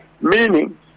meaning